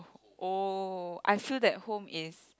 oh I feel that home is